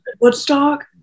Woodstock